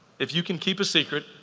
if you can keep a secret,